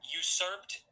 usurped